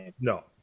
No